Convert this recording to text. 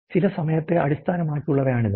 ചില സമയത്തെ അടിസ്ഥാനമാക്കിയുള്ളവയാണിത്